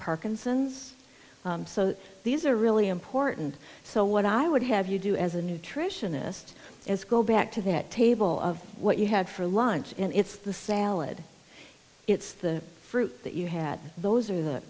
parkinson's so these are really important so what i would have you do as a nutritionist is go back to that table of what you had for lunch and it's the salad it's the fruit that you had those are the